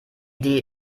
idee